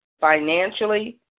financially